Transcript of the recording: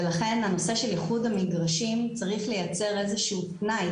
ולכן הנושא של איחוד המגרשים צריך לייצר איזה שהוא תנאי